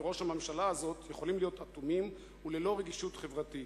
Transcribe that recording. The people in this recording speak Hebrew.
וראש הממשלה הזאת יכולים להיות אטומים וללא רגישות חברתית?